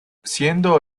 siendo